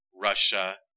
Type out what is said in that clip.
Russia